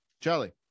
charlie